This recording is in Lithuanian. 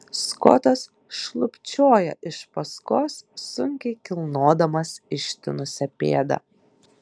skotas šlubčioja iš paskos sunkiai kilnodamas ištinusią pėdą